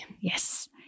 Yes